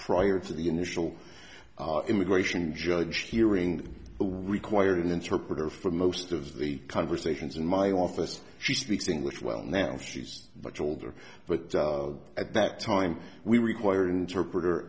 prior to the initial immigration judge hearing the required interpreter for most of the conversations in my office she speaks english well now she's much older but at that time we required an interpreter